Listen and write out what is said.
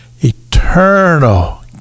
eternal